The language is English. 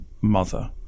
mother